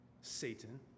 Satan